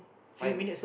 fight me